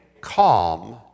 calm